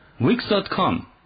Wix.com